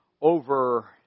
over